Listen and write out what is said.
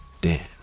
Dan